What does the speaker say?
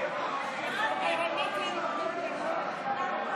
הודעת ראש הממשלה נתקבלה.